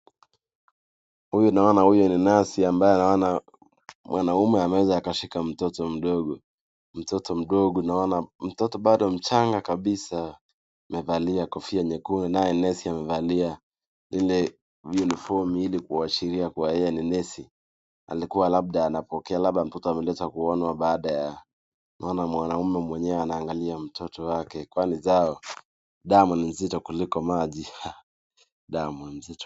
Huyu naona huyu ni n nasi ambaye naona mwanaume anaweza akashika mtoto mdogo, mtoto ndogo naona mtoto bado mchanga kabisa amevalia kofia nyekundu naye nesi amevalia ile unifomu ili kuashiria kuwa yeye ni nesi alikua anapokea labda mtoto ameletwa kuonwa baada ya, naona mwanaume mwenyewe anaangalia mtoto wake kwani damu ni nzito kuliko maji , damu nzito.